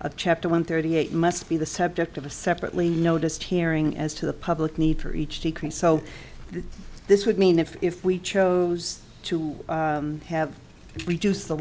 of chapter one thirty eight must be the subject of a separately noticed hearing as to the public need for each decrease so this would mean if if we chose to have reduced the